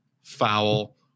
foul